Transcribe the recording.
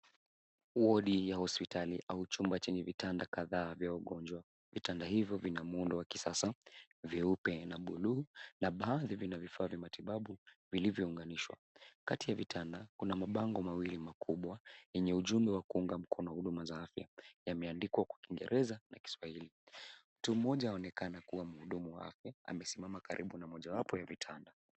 Wodi ya hospitali au chumba chenye vitanda kadhaa vya wagonjwa. Vitanda hivyo vina muundo wa kisasa, vyeupe na bluu na baadhi vina vifaa vya matibabu vilivyounganishwa. Kati ya vitanda kuna mabango mawili makubwa yenye ujumbe wa kuunga mkono huduma za afya, yameandikwa kwa kingereza na kiswahili. Mtu mmoja, aonekana kuwa mhudumu wa afya, amesimama karibu na mojawapo ya vitanda.